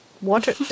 water